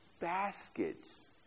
baskets